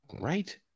Right